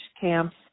camps